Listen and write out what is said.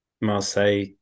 Marseille